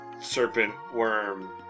serpent-worm